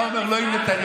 אתה אומר: לא עם נתניהו.